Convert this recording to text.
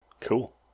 Cool